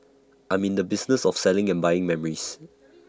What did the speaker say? I'm in the business of selling and buying memories